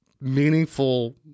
meaningful